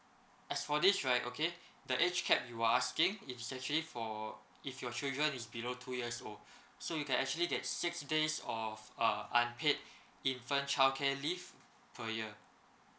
as for this right okay the age capped you're asking is actually for if your children is below two years old so you can actually get six days of uh unpaid infant childcare leave per year